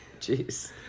jeez